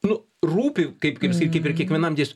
nu rūpi kaip kaip sakyt kaip ir kiekvienam dės